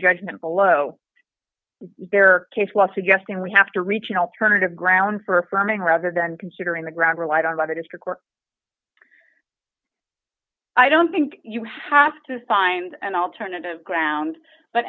judgement below there are case law suggesting we have to reach an alternative ground for firming rather than considering the ground relied on by the district work i don't think you have to find an alternative ground but